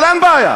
אבל אין בעיה.